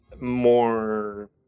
more